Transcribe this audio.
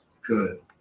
good